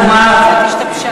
למרבה ההפתעה,